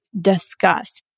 discuss